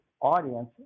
audience